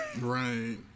Right